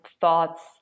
thoughts